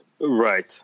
Right